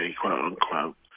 quote-unquote